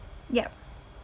yup